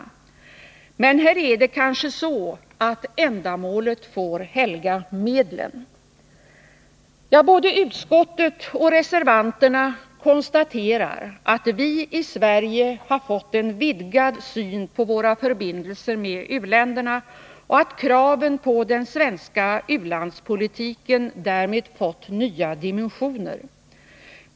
Men här är det kanske så, att ändamålet får helga medlen. Både utskottet och reservanterna konstaterar att vi i Sverige fått en vidgad syn på våra förbindelser med u-länderna och att kraven på den svenska u-landspolitiken därmed fått nya dimensioner.